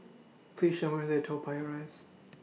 Please Show Me The Way Toa Payoh Rise